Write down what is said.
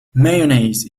mayonnaise